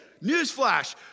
newsflash